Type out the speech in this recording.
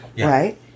Right